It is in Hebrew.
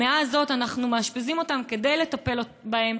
במאה הזאת אנחנו מאשפזים אותם כדי לטפל בהם,